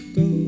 go